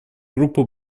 группы